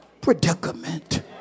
predicament